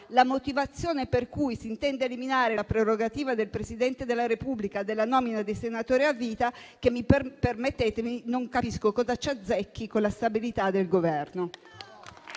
la motivazione per cui si intende eliminare la prerogativa del Presidente della Repubblica della nomina dei senatori a vita, che - permettetemelo - non capisco cosa ci "azzecchi" con la stabilità del Governo.